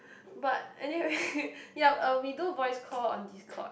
but anyway yup uh we do voice call on Discord